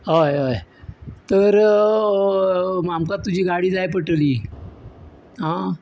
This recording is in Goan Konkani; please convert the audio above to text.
हय हय तर आमकां तुजी गाडी जाय पडटली आं